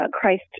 Christ